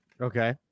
Okay